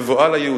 מבואה ליהודים.